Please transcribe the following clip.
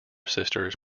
sisters